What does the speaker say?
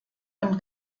und